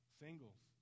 singles